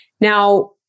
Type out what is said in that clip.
Now